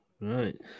Right